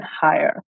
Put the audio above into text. higher